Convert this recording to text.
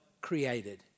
created